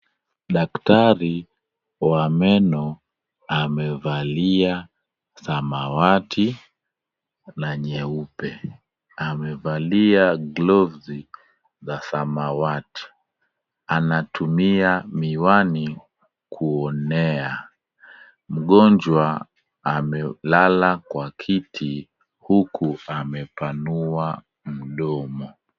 Daktari wa meno amevalia samawati na nyeupe. Amevalia gloves za samawati. Anatumia miwani kuonea. Mgonjwa amelala kwa kiti, huku amepanua mdomo.